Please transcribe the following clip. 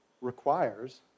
requires